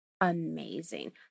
amazing